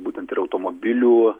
būtent ir automobilių